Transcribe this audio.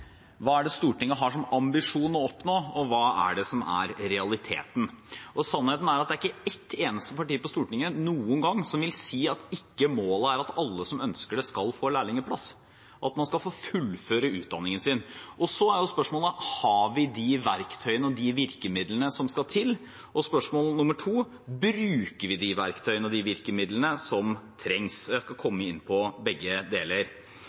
ambisjon å oppnå? Og hva er det som er realiteten? Sannheten er at det er ikke ett eneste parti på Stortinget som noen gang vil si at ikke målet er at alle som ønsker det, skal få lærlingplass, at man skal få fullføre utdanningen sin. Så er spørsmålet: Har vi de verktøyene og de virkemidlene som skal til? Og enda et spørsmål: Bruker vi de verktøyene og de virkemidlene som trengs? Jeg skal komme inn på begge deler.